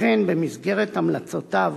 לכן במסגרת המלצותיו